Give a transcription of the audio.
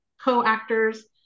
co-actors